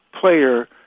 player